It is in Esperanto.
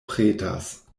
pretas